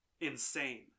insane